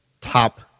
top